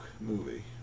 movie